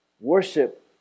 Worship